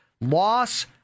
loss